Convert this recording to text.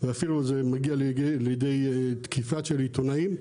ואפילו זה מגיע לידי תקיפה של עיתונאים.